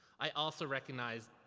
i also recognize,